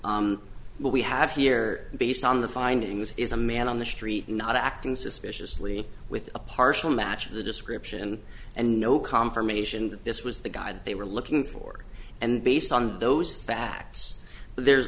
what we have here based on the finding this is a man on the street not acting suspiciously with a partial match of the description and no confirmation that this was the guy that they were looking for and based on those facts there's